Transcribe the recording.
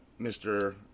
Mr